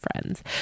friends